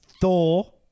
Thor